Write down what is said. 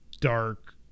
dark